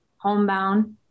homebound